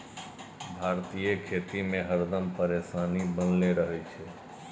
भारतीय खेती में हरदम परेशानी बनले रहे छै